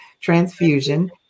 transfusion